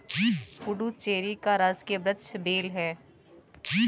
पुडुचेरी का राजकीय वृक्ष बेल है